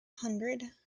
hundred